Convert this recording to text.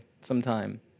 sometime